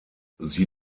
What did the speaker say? sie